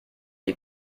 die